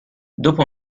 dopo